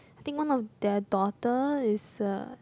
I think one of their daughter is a